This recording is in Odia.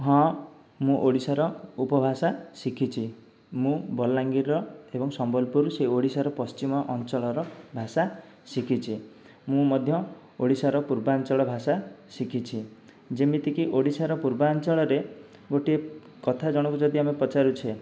ହଁ ମୁଁ ଓଡ଼ିଶାର ଉପଭାଷା ଶିଖିଛି ମୁଁ ବଲାଙ୍ଗୀରର ଏବଂ ସମ୍ବଲପୁର ସେ ଓଡ଼ିଶାର ପଶ୍ଚିମ ଅଞ୍ଚଳର ଭାଷା ଶିଖିଛି ମୁଁ ମଧ୍ୟ ଓଡ଼ିଶାର ପୂର୍ବାଞ୍ଚଳ ଭାଷା ଶିଖିଛି ଯେମିତିକି ଓଡ଼ିଶାର ପୂର୍ବାଞ୍ଚଳରେ ଗୋଟିଏ କଥା ଜଣକୁ ଯଦି ଆମେ ପଚାରୁଛେ